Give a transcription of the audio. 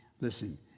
Listen